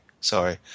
sorry